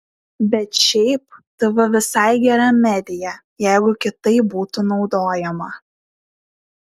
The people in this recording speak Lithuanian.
bet šiaip tv visai gera medija jeigu kitaip būtų naudojama